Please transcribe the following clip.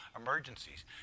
emergencies